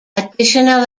additional